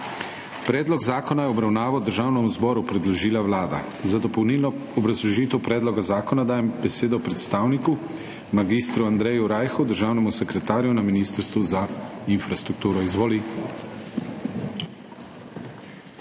Predlog zakona je v obravnavo Državnemu zboru predložila Vlada. Za dopolnilno obrazložitev predloga zakona dajem besedo predstavniku mag. Andreju Rajhu, državnemu sekretarju na Ministrstvu za infrastrukturo. Izvoli.